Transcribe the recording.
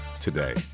today